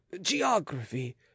geography